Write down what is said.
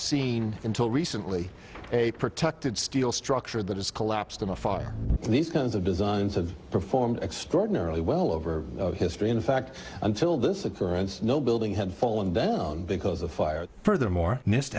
seen until recently a protected steel structure that has collapsed in a fire and these kinds of designs of performed extraordinarily well over history in fact until this occurrence no building had fallen down because of fire furthermore nis